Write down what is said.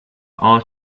all